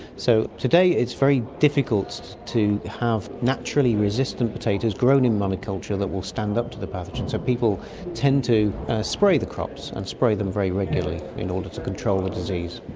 so today it's very difficult to have naturally resistant potatoes grown in monoculture that will stand up to the pathogen, so people tend to spray the crops and spray them very regularly in order to control the disease.